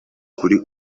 kuri